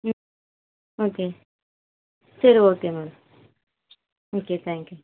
ம் ஓகே சரி okay ma'am okay thank you